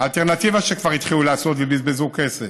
האלטרנטיבה שכבר התחילו לעשות ובזבזו כסף,